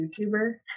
YouTuber